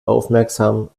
aufmerksam